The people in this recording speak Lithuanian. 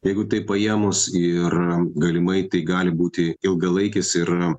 jeigu taip paėmus ir galimai tai gali būti ilgalaikis ir